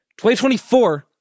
2024